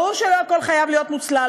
ברור שלא הכול חייב להיות מוצלל,